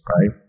right